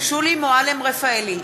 שולי מועלם-רפאלי,